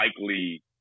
likely